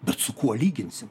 bet su kuo lyginsim